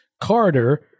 Carter